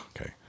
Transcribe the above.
okay